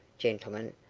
gentlemen,